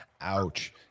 Ouch